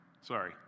Sorry